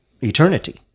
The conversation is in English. eternity